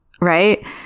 right